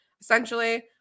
Essentially